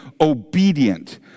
obedient